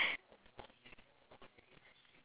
I can walk around and enjoy the plants